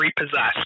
repossessed